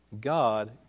God